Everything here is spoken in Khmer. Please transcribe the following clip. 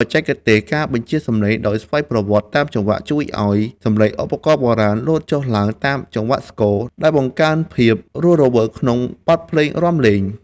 បច្ចេកទេស ការបញ្ជាសំឡេងដោយស្វ័យប្រវត្តិតាមចង្វាក់ ជួយឱ្យសំឡេងឧបករណ៍បុរាណ លោតចុះឡើងតាមចង្វាក់ស្គរ ដែលបង្កើនភាពរស់រវើកក្នុងបទភ្លេងរាំលេង។